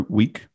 week